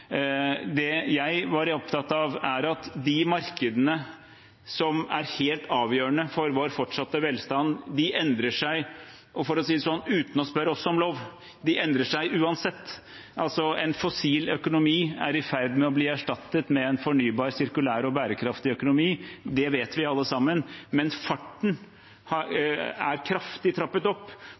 Det var overhodet ikke poenget. Det jeg var opptatt av, er at de markedene som er helt avgjørende for vår fortsatte velstand, endrer seg, og – for å si det sånn – uten å spørre oss om lov. De endrer seg uansett. En fossil økonomi er i ferd med å bli erstattet med en fornybar, sirkulær og bærekraftig økonomi, det vet vi alle sammen, men farten er kraftig trappet opp